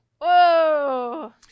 Whoa